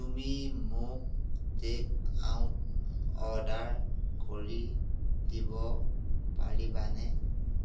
তুমি মোক take out order কৰি দিব পাৰিবানে